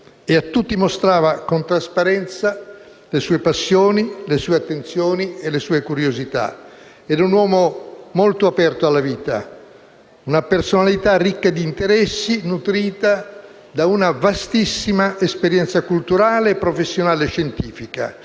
e a tutti mostrava con trasparenza le sue passioni, le sue attenzioni e le sue curiosità. Era un uomo aperto alla vita, una personalità ricca di interessi, nutrita da una vastissima esperienza culturale, professionale e scientifica.